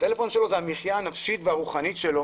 הטלפון שלו הוא המחיה הנפשית והרוחנית שלו